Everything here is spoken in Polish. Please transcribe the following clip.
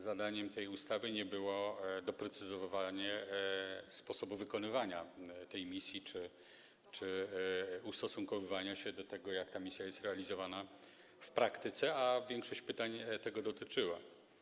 Zadaniem tej ustawy nie było doprecyzowanie sposobu wykonywania tej misji czy ustosunkowanie się do tego, jak ta misja jest realizowana w praktyce, a większość pytań tego dotyczyła.